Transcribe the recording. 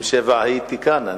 ב-67' הייתי כאן.